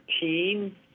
team